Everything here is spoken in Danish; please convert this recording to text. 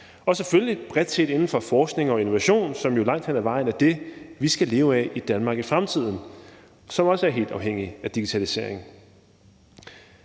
Og selvfølgelig er man bredt set inden for forskning og innovation, som jo langt hen ad vejen er det, vi skal leve af i Danmark i fremtiden, også helt afhængig af digitalisering.